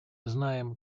знаем